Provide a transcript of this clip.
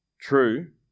True